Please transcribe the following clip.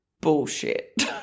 bullshit